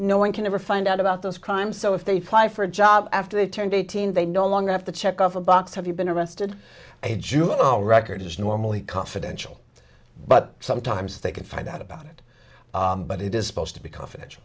no one can ever find out about those crimes so if they fly for a job after they've turned eighteen they no longer have to check off a box have you been arrested a juvenile record is normally confidential but sometimes they can find out about it but it is supposed to become